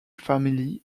family